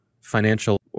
Financial